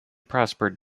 prospered